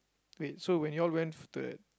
wait so when you all went to that